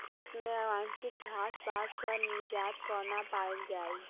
खेत मे अवांछित घास पात सऽ निजात कोना पाइल जाइ?